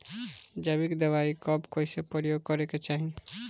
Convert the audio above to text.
जैविक दवाई कब कैसे प्रयोग करे के चाही?